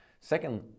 Second